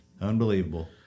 Unbelievable